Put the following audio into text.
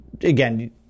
again